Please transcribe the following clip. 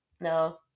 No